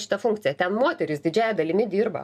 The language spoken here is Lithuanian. šitą funkciją ten moterys didžiąja dalimi dirba